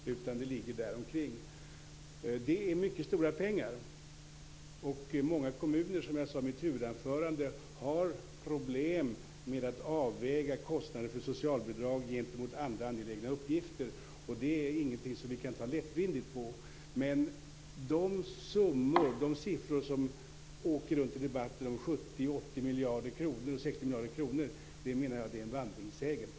Kostnaderna ligger där omkring. Det handlar om mycket stora pengar. Som jag sade i mitt huvudanförande är det många kommuner som har problem med att avväga kostnaderna för socialbidrag gentemot andra angelägna uppgifter. Det är ingenting som vi kan ta lättvindigt på. Men de siffror på 60-80 miljarder kronor som far runt i debatten menar jag är en vandringssägen.